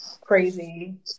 crazy